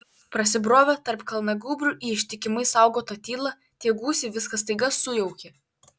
prasibrovę tarp kalnagūbrių į ištikimai saugotą tylą tie gūsiai viską staiga sujaukė